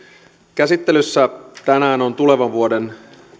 käsittelyssä tänään on tulevan vuoden